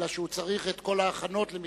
אלא שהוא צריך את כל ההכנות למכרזים.